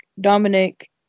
Dominic